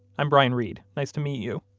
i'm brian reed. nice to meet you.